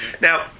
Now